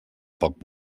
poc